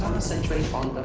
concentrate on